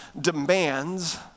demands